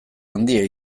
handia